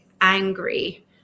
angry